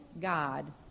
God